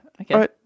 okay